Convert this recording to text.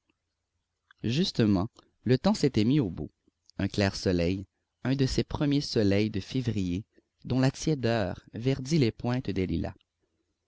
justement le temps s'était mis au beau un clair soleil un de ces premiers soleils de février dont la tiédeur verdit les pointes des lilas